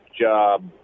job